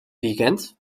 weekend